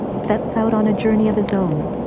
sets out on a journey of his own.